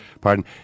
Pardon